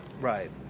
Right